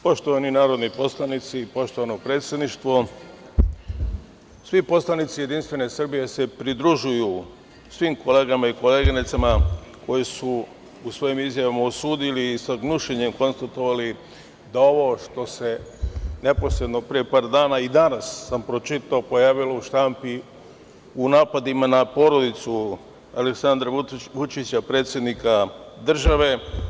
Poštovani narodni poslanici, poštovano predsedništvo, svi poslanici JS se pridružuju svim kolegama i koleginicama koje su u svojim izjavama osudili i sa gnušanjem konstatovali da ovo što se neposredno pre par dana i danas sam pročitao, pojavilo u štampi u napadima na porodicu Aleksandra Vučića, predsednika države.